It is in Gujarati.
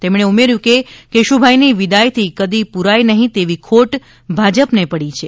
તેમણે ઉમેર્યું કે કેશુભાઈ ની વિદાય થી કદી પુરાય નહીં તેવી ખોટ ભાજપ ને પડી છે